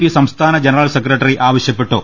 P സംസ്ഥാന general secretary ആവശ്യപ്പെട്ടു